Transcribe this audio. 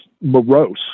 morose